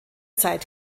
zeit